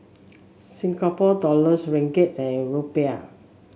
Singapore Dollars Ringgit and Rupee